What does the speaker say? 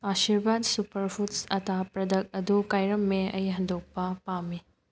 Aashirvaad super foods ꯑꯇꯥ ꯄ꯭ꯔꯗꯛ ꯑꯗꯨ ꯀꯥꯏꯔꯝꯃꯦ ꯑꯩ ꯍꯟꯗꯣꯛꯄ ꯄꯥꯝꯃꯤ